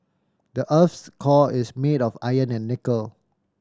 the earth's core is made of iron and nickel